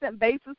basis